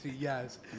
Yes